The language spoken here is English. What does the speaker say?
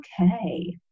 okay